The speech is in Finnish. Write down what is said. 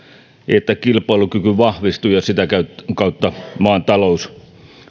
että kilpailukyky vahvistuu ja sitä kautta maan talous